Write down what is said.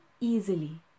easily